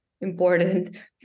important